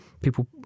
people